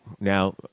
now